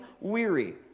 weary